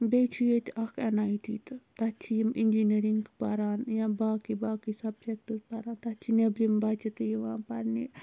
بیٚیہِ چھُ ییٚتہِ اَکھ این آے ٹی تہٕ تَتہِ چھِ یِم اِنجیٖنٔرِنٛگ پَران یا باقٕے باقٕے سَبجیکٹٕس پَران تَتہِ چھِ نیٚبرِم بَچہِ تہِ یِوان پَرنہِ